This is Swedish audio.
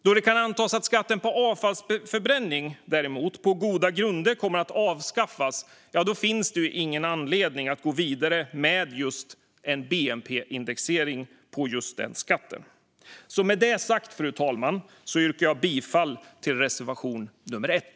Då det däremot kan antas att skatten på avfallsförbränning på goda grunder kommer att avskaffas finns det ingen anledning att gå vidare med en bnp-indexering av just den skatten. Fru talman! Med detta sagt yrkar jag bifall till reservation 1.